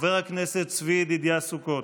חבר הכנסת צבי ידידיה סוכות,